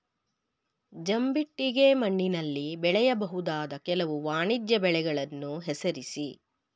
ಜಂಬಿಟ್ಟಿಗೆ ಮಣ್ಣಿನಲ್ಲಿ ಬೆಳೆಯಬಹುದಾದ ಕೆಲವು ವಾಣಿಜ್ಯ ಬೆಳೆಗಳನ್ನು ಹೆಸರಿಸಿ?